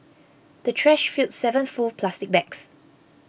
the trash filled seven full plastic bags